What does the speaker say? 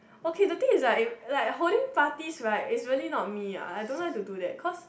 okay the thing is like like holding parties right is really not me ah I don't like to do that cause